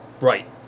Right